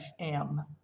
FM